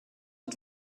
und